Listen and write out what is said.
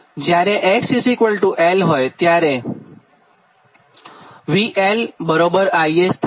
જ્યારે x𝑙 હોયત્યારે V𝑙 VS અને I𝑙 IS થાય